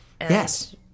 Yes